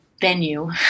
venue